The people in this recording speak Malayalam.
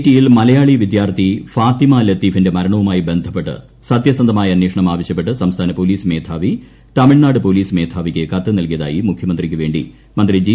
ടി യിൽ മലയാളി വിദ്യാർത്ഥി ഫാത്തിമ ലത്തീഫിന്റെ മരണവുമായി ബന്ധപ്പെട്ട് സത്യസന്ധമായ അന്വേഷണം ആവശ്യപ്പെട്ട് സംസ്ഥാന പോലീസ് മേധാവി തമിഴ്നാട് പോലീസ് മേധാവിക്ക് കത്ത് നൽകിയതായി മുഖ്യമന്ത്രിക്കുവേണ്ടി മന്ത്രി ജി